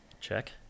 Check